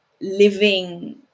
living